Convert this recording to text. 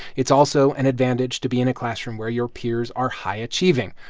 it's also an advantage to be in a classroom where your peers are high-achieving.